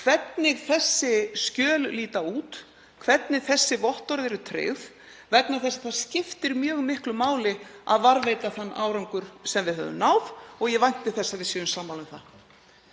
hvernig þessi skjöl líta út, hvernig þessi vottorð eru tryggð, vegna þess að það skiptir mjög miklu máli að varðveita þann árangur sem við höfum náð og ég vænti þess að við séum sammála um það.